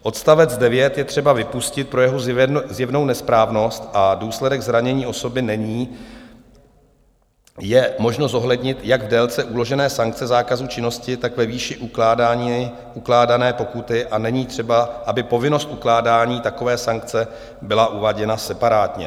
Odstavec 9 je třeba vypustit pro jeho zjevnou nesprávnost, důsledek zranění osoby je možno zohlednit jak v délce uložené sankce zákazu činnosti, tak ve výši ukládané pokuty a není třeba, aby povinnost ukládání takové sankce byla uváděna separátně.